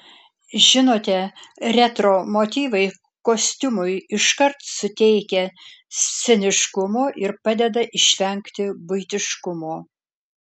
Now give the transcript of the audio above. žinote retro motyvai kostiumui iškart suteikia sceniškumo ir padeda išvengti buitiškumo